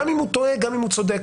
גם אם הוא טועה וגם אם הוא צודק.